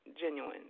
genuine